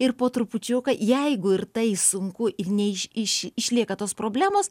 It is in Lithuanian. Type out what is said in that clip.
ir po trupučiuką jeigu ir tai sunku i neiš iši išlieka tos problemos